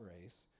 race